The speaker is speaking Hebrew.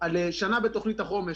על שנה בתוכנית החומש.